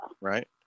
Right